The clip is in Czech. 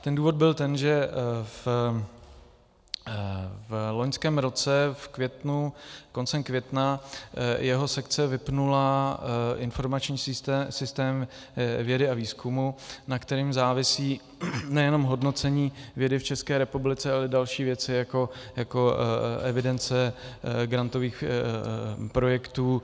Ten důvod byl ten, že v loňském roce, v květnu, koncem května, jeho sekce vypnula informační systém vědy a výzkumu, na kterém závisí nejenom hodnocení vědy v České republice, ale i další věci, jako evidence grantových projektů.